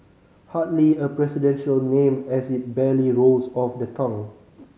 hardly a presidential name as it barely rolls off the tongue